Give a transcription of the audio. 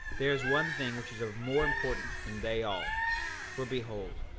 there is one thing which is of more importance than they all for behold,